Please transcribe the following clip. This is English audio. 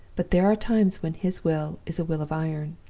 but there are times when his will is a will of iron.